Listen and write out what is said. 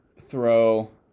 throw